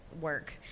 work